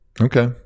Okay